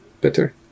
better